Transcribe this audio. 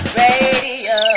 radio